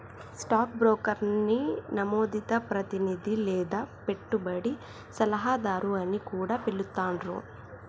stock బ్రోకర్ని నమోదిత ప్రతినిధి లేదా పెట్టుబడి సలహాదారు అని కూడా పిలుత్తాండ్రు